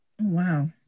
wow